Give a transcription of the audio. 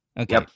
okay